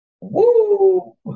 Woo